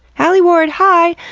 alie ward, hi!